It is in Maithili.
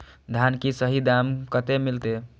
धान की सही दाम कते मिलते?